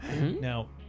Now